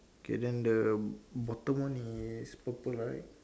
okay then the bottom one is purple right